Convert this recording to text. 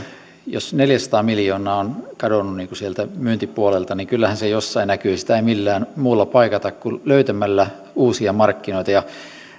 jos neljäsataa miljoonaa on kadonnut sieltä myyntipuolelta niin kyllähän se jossain näkyy sitä ei millään muulla paikata kuin löytämällä uusia markkinoita